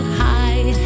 high